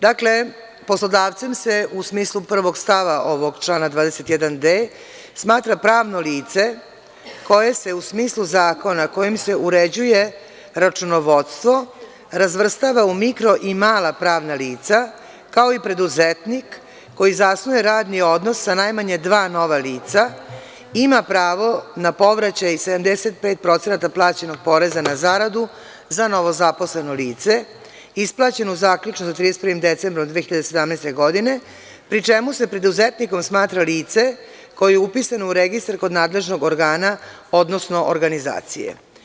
Dakle, poslodavcem se, u smislu prvog stava ovog člana 21d, smatra pravno lice koje se u smislu zakona kojim se uređuje računovodstvo razvrstava u mikro i mala pravna lica, kao i preduzetnik koji zasnuje radni odnos sa najmanje dva nova lica i ima pravo na povraćaj 75% plaćenog poreza na zaradu za novozaposleno lice, isplaćeno zaključno sa 31. decembrom 2017. godine, pri čemu se preduzetnikom smatra lice koje je upisano u registar kod nadležnog organa, odnosno organizacije.